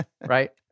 right